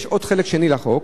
יש חלק שני לחוק.